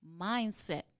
mindset